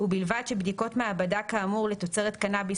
ובלבד שבדיקות מעבדה כאמור לתוצרת קנאביס